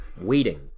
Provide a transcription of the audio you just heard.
waiting